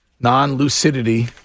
non-lucidity